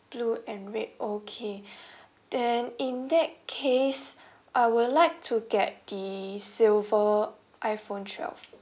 blue and red okay then in that case I would like to get the silver iphone twelve